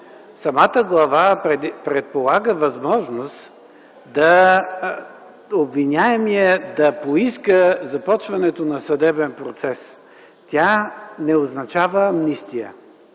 самата глава предполага възможност обвиняемият да поиска започването на съдебен процес. Тя не означава амнистия,